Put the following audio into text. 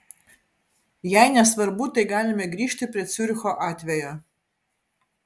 jei nesvarbu tai galime grįžti prie ciuricho atvejo